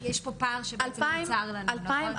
יש פה פער שבעצם נוצר לנו, נכון?